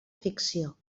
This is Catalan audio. ficció